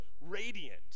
radiant